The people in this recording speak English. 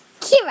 Kira